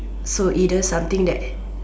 so either something that's